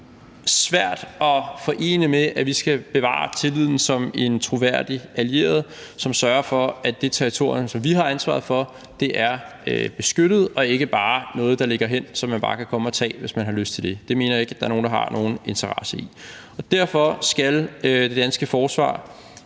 også svært at forene med, at vi skal bevare tilliden i forhold til at være en troværdig allieret, som sørger for, at det territorium, som vi har ansvaret for, er beskyttet og ikke bare noget, der ligger hen, og som man bare kan komme og tage, hvis man har lyst til det. Det mener jeg ikke der er nogen der har nogen interesse i. Og derfor skal det danske forsvar